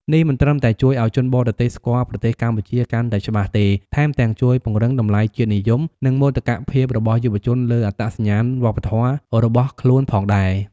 នេះមិនត្រឹមតែជួយឱ្យជនបរទេសស្គាល់ប្រទេសកម្ពុជាកាន់តែច្បាស់ទេ ថែមទាំងជួយពង្រឹង តម្លៃជាតិនិយម និងមោទកភាពរបស់យុវជនលើអត្តសញ្ញាណវប្បធម៌របស់ខ្លួនផងដែរ។